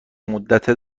مدت